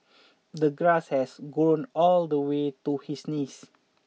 the grass has grown all the way to his knees